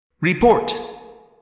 Report